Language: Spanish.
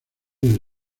del